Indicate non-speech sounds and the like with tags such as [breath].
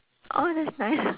oh that's nice [breath]